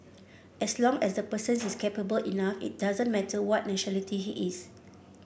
as long as the person is capable enough it doesn't matter what nationality he is